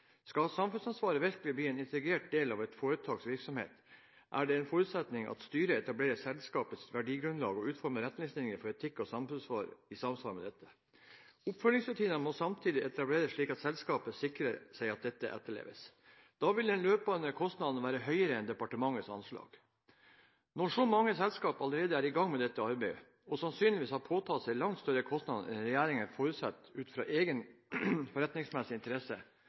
Skal samfunnsansvar virkelig bli en integrert del av et foretaks virksomhet, er det en forutsetning at styret etablerer selskapets verdigrunnlag og utformer retningslinjer for etikk og samfunnsansvar i samsvar med dette. Oppfølgingsrutiner må samtidig etableres, slik at selskapet sikrer seg at dette etterleves. Da vil de løpende kostnadene være høyere enn departementets anslag. Når så mange selskaper allerede er i gang med dette arbeidet og sannsynligvis har påtatt seg langt større kostnader enn regjeringen forutsetter ut fra